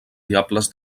diables